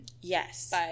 Yes